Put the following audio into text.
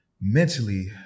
Mentally